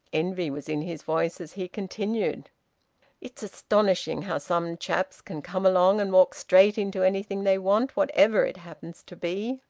envy was in his voice as he continued it's astonishing how some chaps can come along and walk straight into anything they want whatever it happens to be!